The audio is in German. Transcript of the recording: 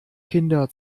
kinder